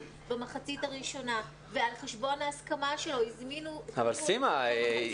במחצית הראשונה ועל חשבון ההסכמה שלו הזמינו --- אבל סימה,